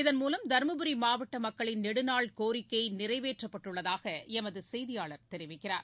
இதன்மூலம் தருமபுரி மாவட்ட மக்களின் நெடுநாள் கோரிக்கை நிறைவேற்றப்பட்டுள்ளதாக எமது செய்தியாளர் தெரிவிக்கிறார்